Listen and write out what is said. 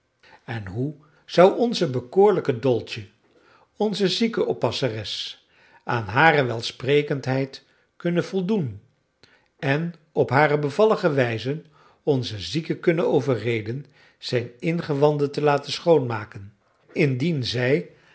en hoe zou onze bekoorlijke dolce onze ziekenoppasseres aan hare welsprekendheid kunnen voldoen en op hare bevallige wijze onzen zieke kunnen overreden zijn ingewanden te laten schoonmaken indien zij